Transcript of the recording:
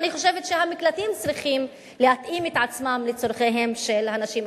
אני חושבת שהמקלטים צריכים להתאים את עצמם לצורכיהן של הנשים.